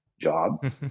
job